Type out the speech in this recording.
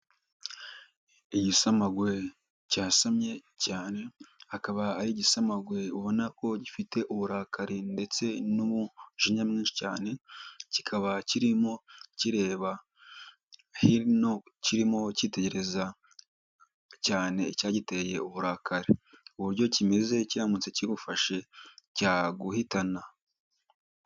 Igisamagwe cyasamye cyane, akaba ari igisamagwe ubona ko gifite uburakari ndetse n'umujinya mwinshi, cyane kikaba kirimo kireba hino kirimo kitegereza cyane icyagiteye uburakari uburyo kimeze kiramutse kigufashe cya guhitana.